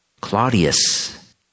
Claudius